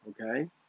okay